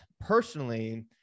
personally